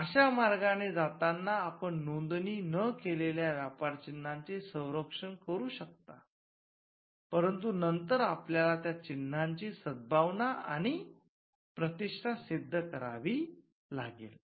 अशा मार्गाने जाताना आपण नोंदणी न केलेल्या व्यापारचिन्हाचे संरक्षण करू शकता परंतु नंतर आपल्याला त्या चिन्हांची सद्भावना आणि प्रतिष्ठा सिद्ध करावी लागेल